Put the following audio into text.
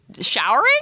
Showering